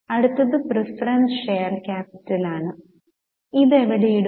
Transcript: അടുത്തത് preference share capital ആണ് ഇപ്പോൾ ഇത് എവിടെ ഇടും